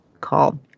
call